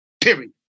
period